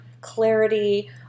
clarity